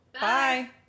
Bye